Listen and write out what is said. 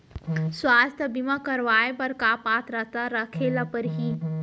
स्वास्थ्य बीमा करवाय बर का पात्रता रखे ल परही?